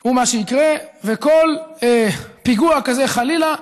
הוא מה שיקרה, וכל פיגוע כזה, חלילה,